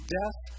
death